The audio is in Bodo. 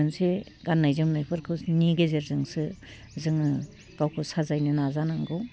मोनसे गान्नाय जोमनायफोरखौनि गेजेरजोंसो जोङो गावखौ साजायनो नाजानांगौ